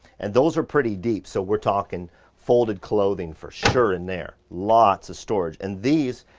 and those are pretty deep, so we're talking folded clothing for sure in there. lots of storage, and these,